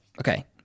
okay